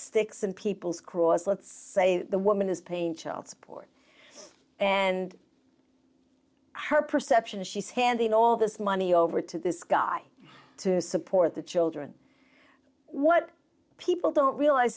sticks in people's craws let's say the woman is pain child support and her perception is she's handing all this money over to this guy to support the children what people don't realize